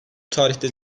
tarihte